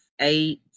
eight